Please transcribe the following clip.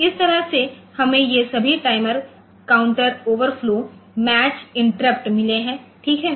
तो इस तरह से हमें ये सभी timer counter overflow match interrupt मिले हैं ठीक